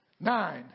Nine